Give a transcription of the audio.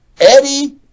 Eddie